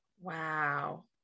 Wow